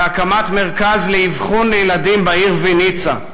המרכז לאבחון לילדים בעיר ויניצה,